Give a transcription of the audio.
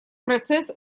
процесс